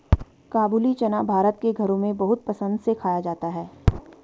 काबूली चना भारत के घरों में बहुत पसंद से खाया जाता है